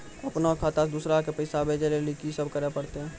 अपनो खाता से दूसरा के पैसा भेजै लेली की सब करे परतै?